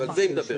על זה היא מדברת.